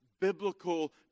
biblical